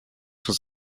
sont